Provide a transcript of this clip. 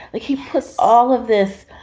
like he has all of this,